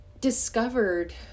discovered